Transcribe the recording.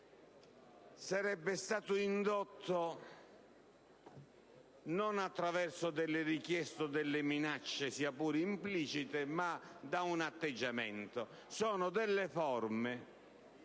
sarebbe stato indotto non attraverso richieste o minacce, sia pure implicite, ma da un atteggiamento. Sono delle forme